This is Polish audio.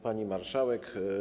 Pani Marszałek!